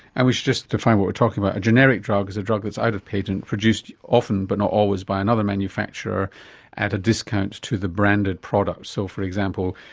and we should just define what we're talking about. a generic drug is a drug that is out of patent, produced often but not always by another manufacturer at a discount to the branded product. so, for example,